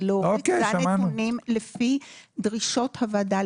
היא לא ריכזה נתונים לפי דרישות הוועדה,